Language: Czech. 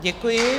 Děkuji.